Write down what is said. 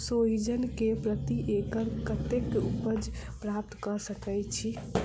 सोहिजन केँ प्रति एकड़ कतेक उपज प्राप्त कऽ सकै छी?